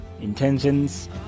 intentions